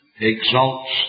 exalts